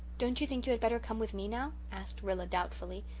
don't you think you had better come with me now? asked rilla doubtfully.